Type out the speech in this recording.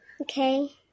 Okay